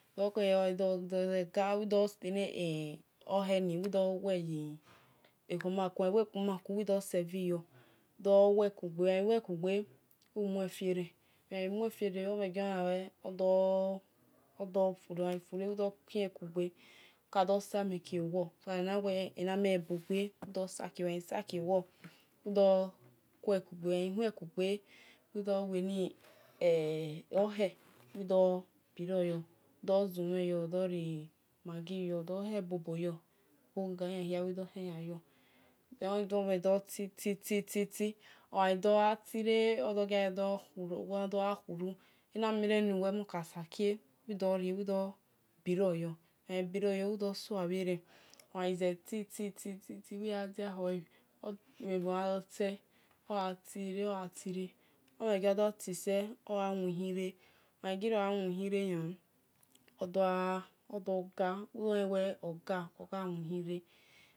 ga wil do he's nor heni ye kpamu ku will dor sebhi yor wil der lue kugbe wel gha lue kugbe umue fieran odor fue will son fie kugbe uka do sanek kie bhor ena mel yan bul gbe usah kie bhor udo kue kugbe udo hel no hel udo biro yor udo zumhen yor udor ri magi yor dor hel bobo yor boga bhe bia udor hean yor den odor tititi oghai dor gha tire oyan dor gha khuru ana mel ran ni nuwe mon ka saku udor biroyor wel do sia bheran oghai ze tititi omhe gii yan sel ogha tire tire ogha wihin re ogha dirio gha win hireni